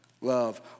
love